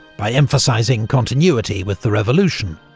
by emphasising continuity with the revolution,